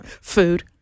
Food